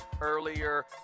earlier